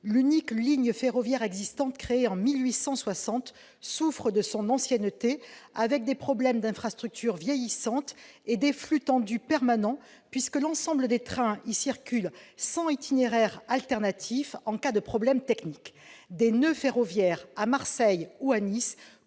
L'unique ligne ferroviaire existante, créée en 1860, souffre de son ancienneté, avec des problèmes d'infrastructures vieillissantes et des flux tendus permanents, puisque l'ensemble des trains y circulent sans itinéraire alternatif en cas de problème technique. Des noeuds ferroviaires à Marseille ou Nice